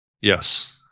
Yes